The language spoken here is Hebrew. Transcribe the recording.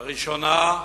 בפעם הראשונה,